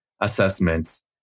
assessments